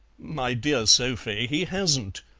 my dear sophie, he hasn't.